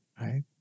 right